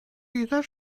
dieser